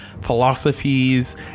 philosophies